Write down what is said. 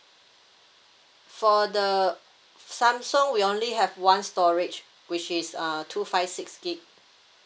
for the samsung we only have one storage which is uh two five six gig